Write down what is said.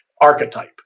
archetype